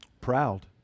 Proud